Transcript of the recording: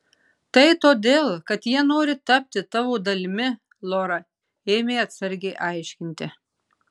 tai todėl kad jie nori tapti tavo dalimi lora ėmė atsargiai aiškinti